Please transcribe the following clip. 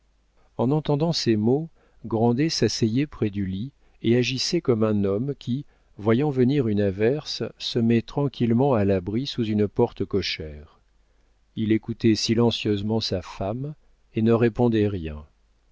en entendant ces mots grandet s'asseyait près du lit et agissait comme un homme qui voyant venir une averse se met tranquillement à l'abri sous une porte cochère il écoutait silencieusement sa femme et ne répondait rien